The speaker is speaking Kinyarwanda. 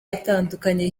atandukanye